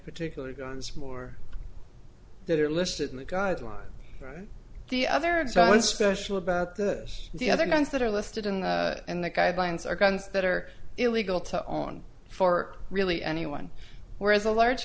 particular guns more that are listed in the guidelines right the other exactly special about this the other guns that are listed in the guidelines are guns that are illegal to own for really anyone whereas a large